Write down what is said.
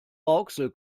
rauxel